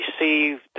received